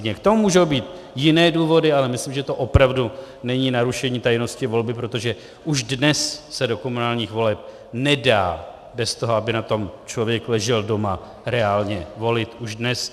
K tomu můžou být jiné důvody, ale myslím, že to opravdu není narušení tajnosti volby, protože už dnes se do komunálních voleb nedá bez toho, aby na tom člověk ležel doma, reálně volit už dnes.